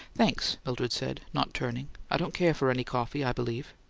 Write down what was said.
thanks, mildred said, not turning, i don't care for any coffee, i believe.